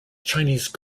chinese